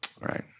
Right